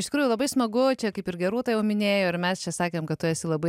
iš tikrųjų labai smagu čia kaip ir gerūta jau minėjo ir mes čia sakėm kad tu esi labai